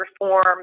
reform